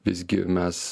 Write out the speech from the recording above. visgi mes